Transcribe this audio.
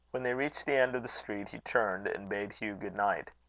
when they reached the end of the street, he turned, and bade hugh good night.